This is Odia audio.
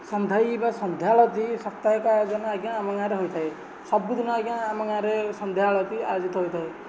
ସନ୍ଧେଇ ବା ସନ୍ଧ୍ୟା ଆଳତି ସାପ୍ତାହିକ ଆୟୋଜନ ଆଜ୍ଞା ଆମ ଗାଁରେ ହୋଇଥାଏ ସବୁଦିନ ଆଜ୍ଞା ଆମ ଗାଁରେ ସନ୍ଧ୍ୟା ଆଳତି ଆୟୋଜିତ ହୋଇଥାଏ